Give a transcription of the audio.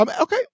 okay